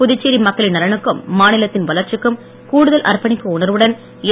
புதுச்சேரி மக்களின் நலனுக்கும் மாநிலத்தின் வளர்ச்சிக்கும் கூடுதல் அர்ப்பணிப்பு உணர்வுடன் என்